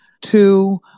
Two